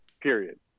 period